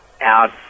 out